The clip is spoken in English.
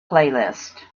playlist